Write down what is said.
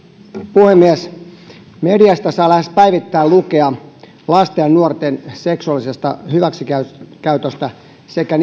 puhemies mediasta saa lähes päivittäin lukea lasten ja nuorten seksuaalisesta hyväksikäytöstä sekä